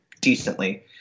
decently